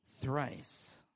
thrice